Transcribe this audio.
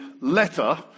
letter